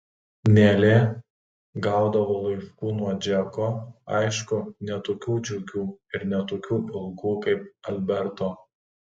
nelė gaudavo laiškų nuo džeko aišku ne tokių džiugių ir ne tokių ilgų kaip alberto